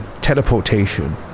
teleportation